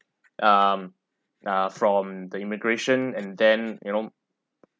um uh from the immigration and then you know